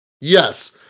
Yes